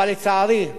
אבל לצערי,